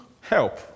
help